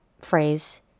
phrase